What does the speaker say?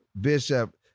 Bishop